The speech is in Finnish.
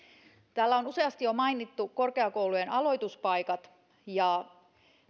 täällä on useasti jo mainittu korkeakoulujen aloituspaikat ja